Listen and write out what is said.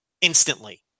instantly